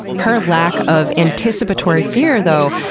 her lack of anticipatory fear, though,